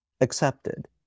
accepted